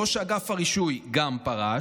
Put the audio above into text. גם ראש אגף הרישוי פרש,